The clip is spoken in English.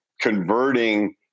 converting